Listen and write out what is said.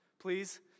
please